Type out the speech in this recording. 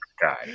guy